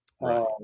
Right